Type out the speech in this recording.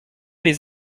les